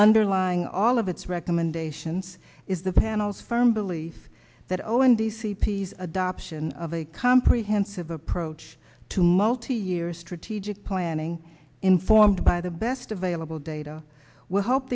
underlying all of its recommendations is the panel's firm belief that o and the c p s adoption of a comprehensive approach to multi year strategic planning informed by the best available data will help